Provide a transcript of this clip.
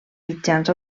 mitjans